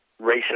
racist